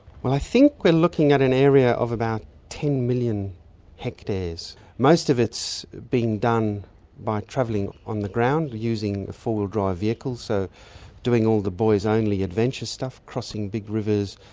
i think we're looking at an area of about ten million hectares. most of it's been done by travelling on the ground using four wheel drive vehicles, so doing all the boys only adventure stuff, crossing big rivers,